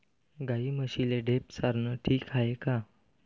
गाई म्हशीले ढेप चारनं ठीक हाये का?